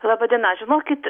laba diena žinokit